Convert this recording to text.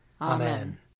Amen